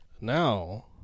Now